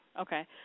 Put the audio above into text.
okay